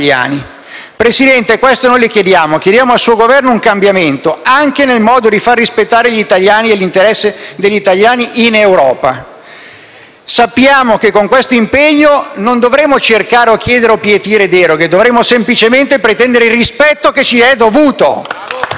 Presidente, questo noi le chiediamo: chiediamo al suo Governo un cambiamento anche nel modo di far rispettare gli italiani e l'interesse degli italiani in Europa. Sappiamo che con questo impegno non dovremo cercare, chiedere o pietire deroghe; dovremo semplicemente pretendere il rispetto che ci è dovuto.